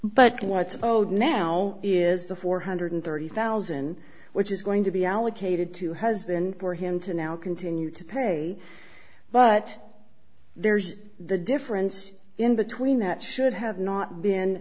but what's owed now is the four hundred thirty thousand which is going to be allocated to husband for him to now continue to pay but there's the difference in between that should have not been